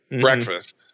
Breakfast